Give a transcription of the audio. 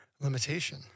limitation